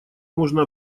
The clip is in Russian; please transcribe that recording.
можно